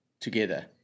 together